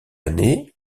année